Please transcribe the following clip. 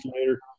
later